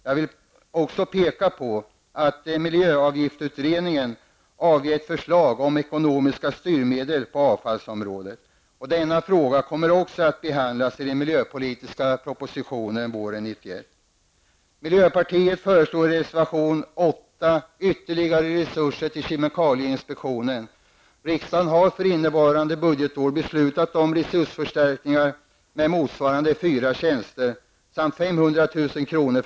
Jag vill också påpeka att miljöavgiftsutredningen har avgett förslag om ekonomiska styrmedel på avfallsområdet. Denna fråga kommer också att behandlas i den miljöpolitisika propositionen våren 1991. Miljöpartiet har i reservation 8 förslag om ytterligare resurser till kemikalieinspektionen. Riksdagen har för innevarande budgetår beslutat om resursförstärkningar motsvarande fyra tjänster samt 500 000 kr.